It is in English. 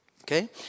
Okay